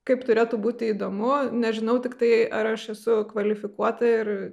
kaip turėtų būti įdomu nežinau tiktai ar aš esu kvalifikuota ir